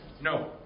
No